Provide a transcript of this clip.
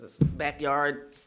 backyard